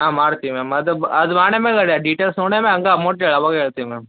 ಹಾಂ ಮಾಡ್ತೀವಿ ಮ್ಯಾಮ್ ಅದು ಅದು ಮಾಡೇ ಮೇಲ್ ಅದು ಡೀಟೇಲ್ಸ್ ನೋಡೇ ಹಂಗ ಆವಾಗ ಆಮೌಂಟ್ ಹೇಳ್ತೀವಿ ಮ್ಯಾಮ್